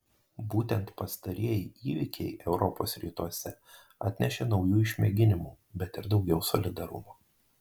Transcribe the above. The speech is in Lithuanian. būtent pastarieji įvykiai europos rytuose atnešė naujų išmėginimų bet ir daugiau solidarumo